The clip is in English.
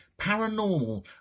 paranormal